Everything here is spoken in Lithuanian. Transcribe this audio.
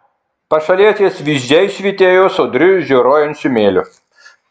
pašalietės vyzdžiai švytėjo sodriu žioruojančiu mėliu